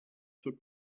took